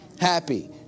happy